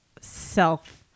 self-